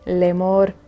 Lemor